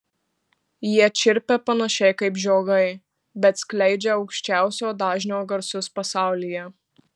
jie čirpia panašiai kaip žiogai bet skleidžia aukščiausio dažnio garsus pasaulyje